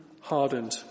hardened